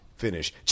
finish